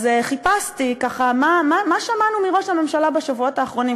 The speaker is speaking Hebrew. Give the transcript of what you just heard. אז חיפשתי מה שמענו מראש הממשלה בשבועות האחרונים,